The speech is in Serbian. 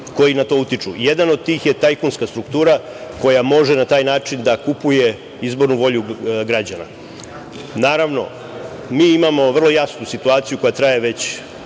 koji na to utiču. Jedan od tih je tajkunska struktura koja može na taj način da kupuje izbornu volju građana. Naravno, mi imamo vrlo jasnu situaciju koja traje već